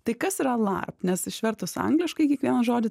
tai kas yra larp nes išvertus angliškai kiekvieną žodį